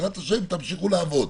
בעזרת השם תמשיכו לעבוד.